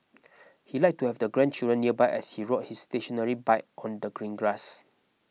he liked to have the grandchildren nearby as he rode his stationary bike on the green grass